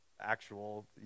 actual